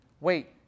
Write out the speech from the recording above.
Wait